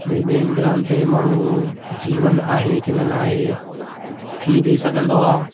भइ ॿेअनि ग्रहनि ते माण्हू जीवन आहे कि न नाहे थी बि सघंदो आहे